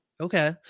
Okay